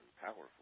powerful